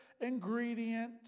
ingredient